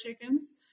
chickens